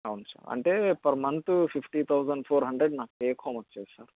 అవును సార్ అంటే per month fifty thousand four hundred నాకు టెక్ హోమ్ వచ్చేది సార్